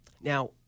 now